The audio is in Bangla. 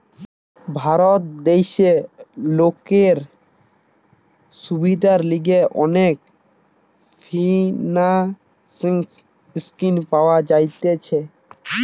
ভারত দেশে লোকের সুবিধার লিগে অনেক ফিন্যান্স স্কিম পাওয়া যাইতেছে